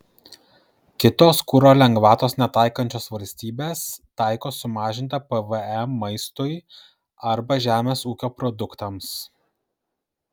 kitos kuro lengvatos netaikančios valstybės taiko sumažintą pvm maistui arba žemės ūkio produktams